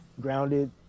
grounded